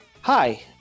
Hi